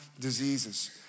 diseases